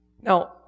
Now